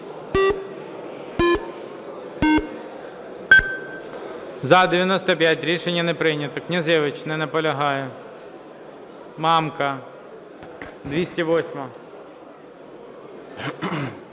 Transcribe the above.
За-95 Рішення не прийнято. Князевич. Не наполягає. Мамка, 208-а.